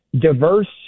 Diverse